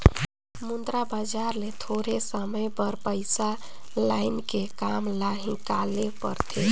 मुद्रा बजार ले थोरहें समे बर पइसा लाएन के काम ल हिंकाएल लेथें